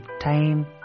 time